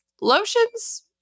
lotions